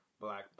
Black